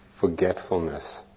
forgetfulness